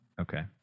Okay